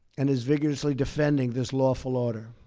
and is vigorously defending this lawful order.